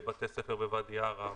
בבתי ספר בוואדי ערה,